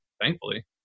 thankfully